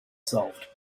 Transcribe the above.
solved